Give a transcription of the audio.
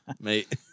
mate